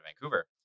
Vancouver